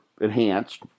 enhanced